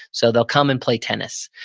so they'll come and play tennis.